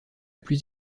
plus